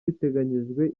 biteganyijwe